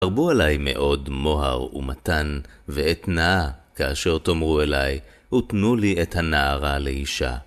הרבו עליי מאוד מוהר ומתן ואתנה כאשר תאמרו אליי ותנו לי את הנערה לאישה.